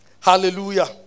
Hallelujah